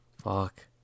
fuck